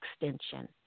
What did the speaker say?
extension